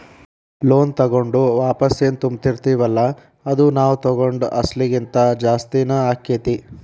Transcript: loan ತಗೊಂಡು ವಾಪಸೆನ್ ತುಂಬ್ತಿರ್ತಿವಲ್ಲಾ ಅದು ನಾವ್ ತಗೊಂಡ್ ಅಸ್ಲಿಗಿಂತಾ ಜಾಸ್ತಿನ ಆಕ್ಕೇತಿ